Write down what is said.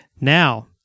Now